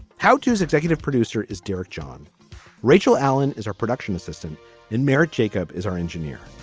how tos executive producer is derek john rachel allen is our production assistant in merritt jacob is our engineer.